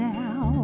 now